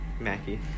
Mackie